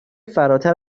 فراتر